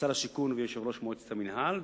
שר השיכון ויושב-ראש מועצת המינהל,